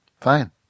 Fine